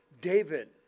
David